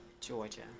Georgia